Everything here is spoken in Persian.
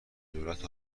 دولت